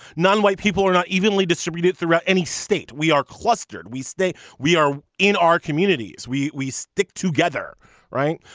non-white people are not evenly distributed throughout any state. we are clustered we stay we are in our communities we we stick together right.